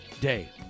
Day